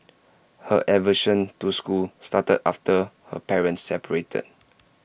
her aversion to school started after her parents separated